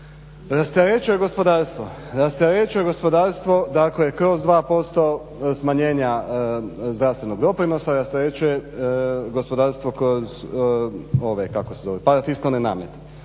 Rasterećuje gospodarstvo kroz 2% smanjenja zdravstvenog doprinosa, rasterećuje gospodarstvo kroz parafiskalne namete.